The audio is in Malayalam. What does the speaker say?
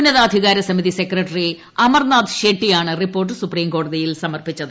ഉന്നതാധികാര സമിതി സെക്രട്ടറി അമർനാഥ് ഷെട്ടിയാണ് റിപ്പോർട്ട് സുപ്രീംകോടതിയിൽ സമർപ്പിച്ചത്